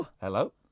Hello